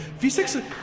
V6